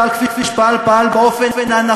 אחרי זה היא ישבה אתם.